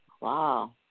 Wow